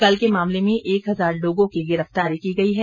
कल के मामले में एक हजार लोगों की गिरफ्तारी की गई है